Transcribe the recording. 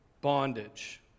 bondage